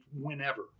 whenever